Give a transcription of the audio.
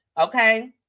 Okay